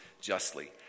justly